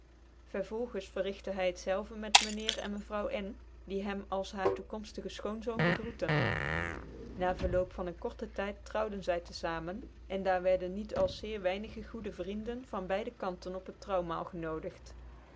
vervolgens verrigte hy het zelve met myn heer en mevrouw n die hem als haar toekomende schoonzoon begroete na verloop van een korten tijd trouwden zy tc famcn cn daar w icrdcn niet als zeer weinige goede vrienden van beide kanten op het trouwmaal genodigt